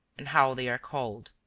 and how they are called.